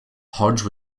hodge